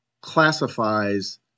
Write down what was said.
classifies